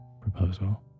proposal